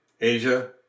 Asia